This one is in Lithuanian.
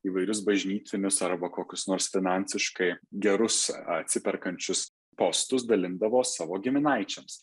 įvairius bažnytinius arba kokius nors finansiškai gerus atsiperkančius postus dalindavo savo giminaičiams